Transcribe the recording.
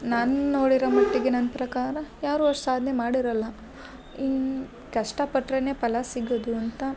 ನಾನು ನೋಡಿರೋ ಮಟ್ಟಿಗೆ ನನ್ನ ಪ್ರಕಾರ ಯಾರು ಅಷ್ಟು ಸಾಧ್ನೆ ಮಾಡಿರಲ್ಲ ಇನ್ನ ಕಷ್ಟ ಪಟ್ಟರೇನೆ ಫಲ ಸಿಗದು ಅಂತ